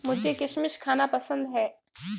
मुझें किशमिश खाना पसंद है